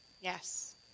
Yes